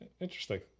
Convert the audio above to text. interesting